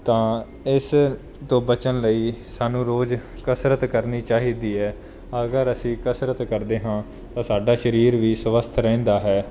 ਤਾਂ ਇਸ ਤੋਂ ਬਚਣ ਲਈ ਸਾਨੂੰ ਰੋਜ਼ ਕਸਰਤ ਕਰਨੀ ਚਾਹੀਦੀ ਹੈ ਅਗਰ ਅਸੀਂ ਕਸਰਤ ਕਰਦੇ ਹਾਂ ਸਾਡਾ ਸਰੀਰ ਵੀ ਸਵਸਥ ਰਹਿੰਦਾ ਹੈ